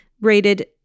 rated